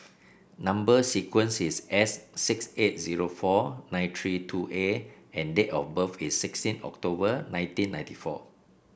number sequence is S six eight zero four nine three two A and date of birth is sixteen October nineteen ninety four